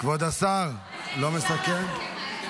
כבוד השר לא מסכם.